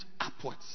upwards